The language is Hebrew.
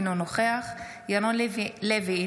אינו נוכח ירון לוי,